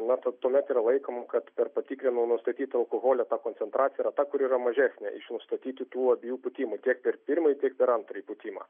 matot tuomet yra laikoma kad per patikrinimą nustatyta alkoholio koncentracija yra ta kur yra mažesnė nustatyti tų abiejų pūtimų tiek per pirmąjį tiek per antrąjį pūtimą